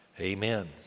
Amen